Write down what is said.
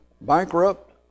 bankrupt